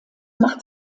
macht